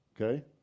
Okay